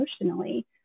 emotionally